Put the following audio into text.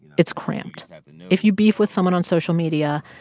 it's cramped. if you beef with someone on social media,